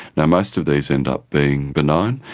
and most of these end up being benign.